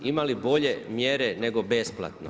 Ima li bolje mjere nego besplatno?